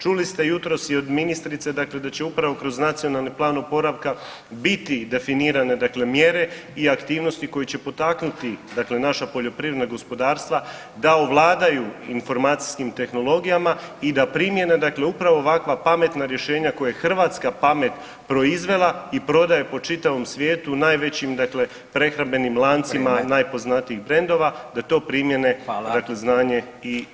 Čuli ste jutros i od ministrice dakle da će upravo kroz Nacionalni plan oporavka biti definirane dakle mjere i aktivnosti koje će potaknuti dakle naša poljoprivredna gospodarstva da ovladaju informacijskim tehnologijama i da primjene dakle upravo ovakva pametna rješenja koju je hrvatska pamet proizvela i prodaje po čitavom svijetu, najvećim dakle prehrambenim lancima [[Upadica: Vrijeme]] najpoznatijih brendova da to primjenje, dakle [[Upadica: Hvala]] znanje i.